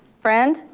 friend.